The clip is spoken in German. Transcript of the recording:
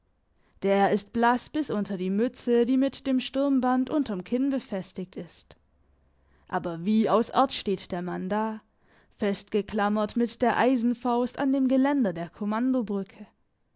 der ist blass bis unter die mütze die mit dem sturmband unterm kinn befestigt ist aber wie aus erz steht der mann da festgeklammert mit der eisenfaust an dem geländer der kommandobrücke